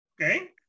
Okay